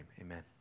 amen